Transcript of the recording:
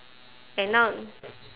and now